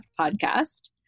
Podcast